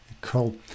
Cool